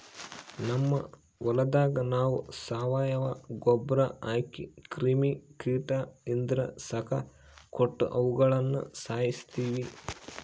ನಮ್ ಹೊಲದಾಗ ನಾವು ಸಾವಯವ ಗೊಬ್ರ ಹಾಕಿ ಕ್ರಿಮಿ ಕೀಟ ಇದ್ರ ಶಾಖ ಕೊಟ್ಟು ಅವುಗುಳನ ಸಾಯಿಸ್ತೀವಿ